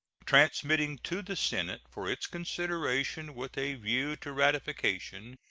transmitting to the senate, for its consideration with a view to ratification,